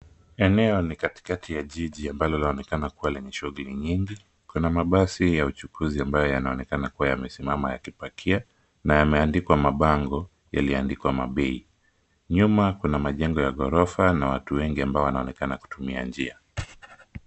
Eneo ni katikati ya jiji ambalo laonekana kuwa lenye shughuli nyingi. Kuna mabasi ya uchukuzi ambayo yanaonekana kuwa yamesimama yakipakia na yameandikwa mabango yaliyoandikwa mabei. Nyuma kuna majengo ya ghorofa na watu wengi ambao wanaonekana kutumia njia.